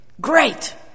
great